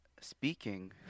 speaking